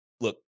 Look